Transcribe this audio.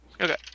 Okay